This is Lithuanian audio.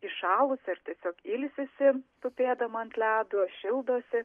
įšalusi ar tiesiog ilsisi tupėdama ant ledo šildosi